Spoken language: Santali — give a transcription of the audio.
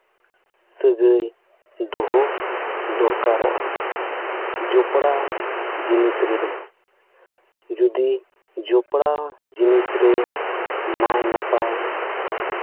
ᱥᱟᱹᱜᱟᱹᱭ ᱫᱚᱦᱚ ᱫᱚᱨᱠᱟᱨᱚᱜᱼᱟ ᱡᱚᱯᱲᱟᱣ ᱡᱤᱱᱤᱥ ᱡᱤᱱᱤᱥ ᱨᱮᱫᱚ ᱡᱩᱫᱤ ᱡᱚᱯᱲᱟᱣ ᱡᱤᱱᱤᱥ ᱨᱮ ᱱᱟᱭ ᱱᱟᱯᱟᱭ